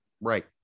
Right